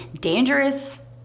dangerous